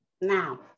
now